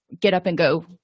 get-up-and-go